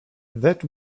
that